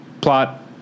plot